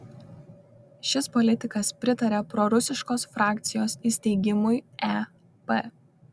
šis politikas pritaria prorusiškos frakcijos įsteigimui ep